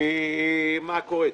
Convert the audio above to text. ומראה מה קורה.